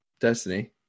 Destiny